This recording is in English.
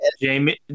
Jamie